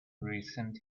recent